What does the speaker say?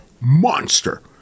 Monster